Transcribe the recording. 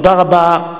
תודה רבה.